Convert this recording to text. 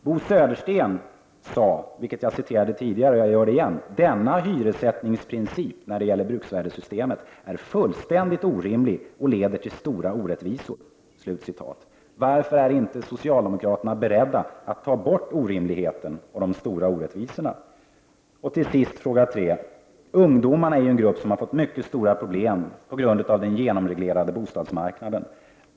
Bo Södersten sade, vilket jag har redogjort för tidigare och nu upprepar: Denna hyressättningsprincip när det gäller bruksvärdessystemet är fullständigt orimlig och leder till stora orättvisor. Varför är socialdemokraterna inte beredda att ta bort orimligheten och de stora orättvisorna? Till sist vill jag fråga: Ungdomarna är en grupp som har fått mycket stora problem på grund av den genomreglerade bostadsmarknaden.